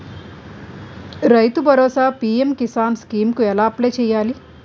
రైతు Bharosa PM Kisan scheme కు ఎలా అప్లయ్ చేయాలి?